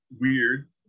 weird